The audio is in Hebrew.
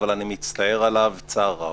אבל אני מצטער עליו צער רב,